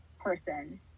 person